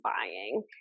buying